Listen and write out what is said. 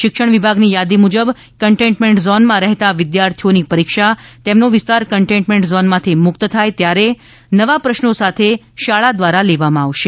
શિક્ષણ વિભાગની યાદી મુજબ કંન્ટન્મેન્ટ ઝોનમાં રહેતા વિદ્યાર્થીઓની પરીક્ષા તેમનો વિસ્તાર કન્ટેન્મેન્ટ ઝોનમાંથી મુક્ત થાય ત્યારે નવા પ્રશ્નો સાથે શાળા દ્વારા લેવામાં આવશે